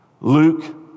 Luke